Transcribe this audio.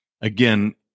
again